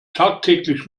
tagtäglich